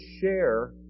share